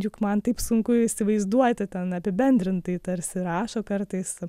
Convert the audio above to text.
juk man taip sunku įsivaizduoti ten apibendrintai tarsi rašo kartais